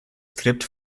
skript